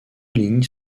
lignes